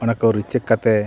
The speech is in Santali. ᱚᱱᱟᱠᱚ ᱨᱤᱪᱮᱠ ᱠᱟᱛᱮᱫ